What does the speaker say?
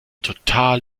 total